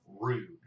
rude